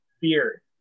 fear